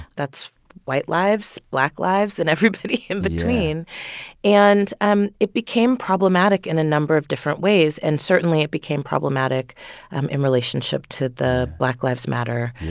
that's white lives, black lives and everybody in between yeah and um it became problematic in a number of different ways. and certainly, it became problematic in relationship to the black lives matter.